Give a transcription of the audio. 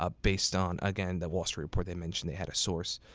ah based on again, the wall street report. they mentioned they had a source.